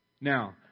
Now